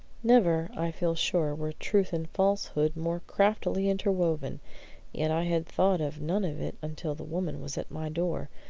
never, i feel sure, were truth and falsehood more craftily interwoven yet i had thought of none of it until the woman was at my door,